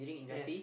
yes